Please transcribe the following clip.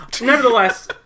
Nevertheless